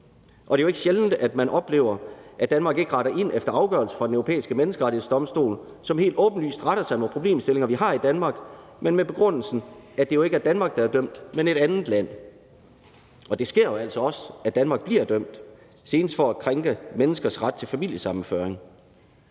Det er jo ikke sjældent, at man oplever, at Danmark ikke retter ind efter afgørelse fra Den Europæiske Menneskerettighedsdomstol, som helt åbenlyst retter sig mod problemstillinger, vi har i Danmark, men med begrundelsen, at det jo ikke er Danmark, der er dømt, men et andet land. Det sker jo altså også, at Danmark bliver dømt, senest for at krænke menneskers ret til familiesammenføring.